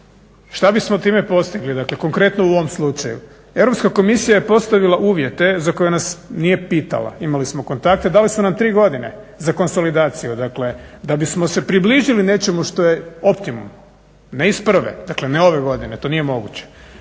šta bismo time postigli, dakle konkretno u ovom slučaju. Europska komisija je postavila uvjete za koje nas nije pitala. Imali smo kontakte, dali su nam tri godine za konsolidaciju. Dakle, da bismo se približili nečemu što je optimum, ne iz prve, dakle ne ove godine, to nije moguće.